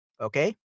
Okay